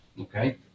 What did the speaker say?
okay